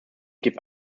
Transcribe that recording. give